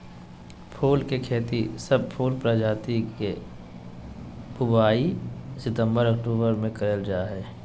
फूल के खेती, सब फूल प्रजाति के बुवाई सितंबर अक्टूबर मे करल जा हई